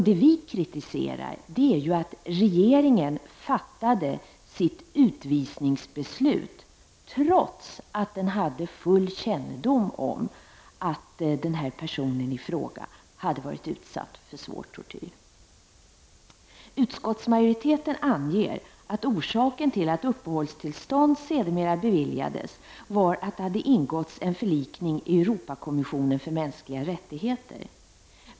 Det vi kritiserar är att regeringen fattade sitt utvisningsbeslut trots att den hade full kännedom om att personen varit utsatt för svår tortyr. Utskottsmajoriteten anger att orsaken till att uppehållstillstånd sedermera beviljades var att det ingåtts en förlikning i Europakommissionen för mänskliga rättigheter.